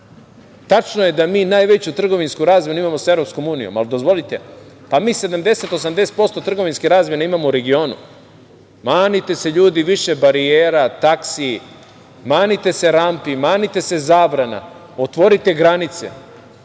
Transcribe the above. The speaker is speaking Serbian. je da mi najveću trgovinsku razmenu imamo sa EU, ali dozvolite, pa mi 70%, 80% trgovinske razmene imamo u regionu. Manite se, ljudi, više barijera, taksi, manite se rampi, manite se zabrana, otvorite granice,